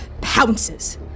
pounces